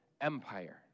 Empire